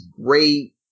great